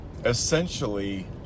essentially